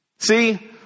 See